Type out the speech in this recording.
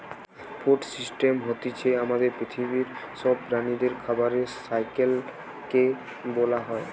food system হতিছে আমাদের পৃথিবীর সব প্রাণীদের খাবারের সাইকেল কে বোলা হয়